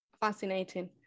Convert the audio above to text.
fascinating